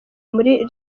muri